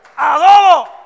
adobo